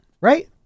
right